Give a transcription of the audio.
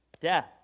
death